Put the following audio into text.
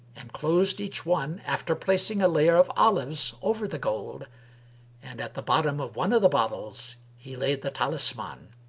and closed each one after placing a layer of olives over the gold and at the bottom of one of the bottles he laid the talisman.